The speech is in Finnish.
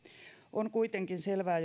on kuitenkin selvää